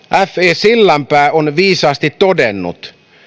e sillanpää on viisaasti todennut